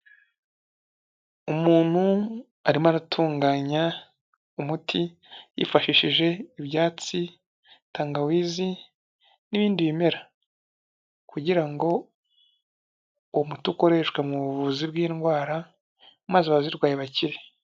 Umuntu arimo aratunganya umuti yifashishije ibyatsi, tangawizi n'ibindi bimera kugira ngo umuti ukoreshwe mu buvuzi bw'indwara maze abazirwaye bakire.